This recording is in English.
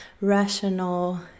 rational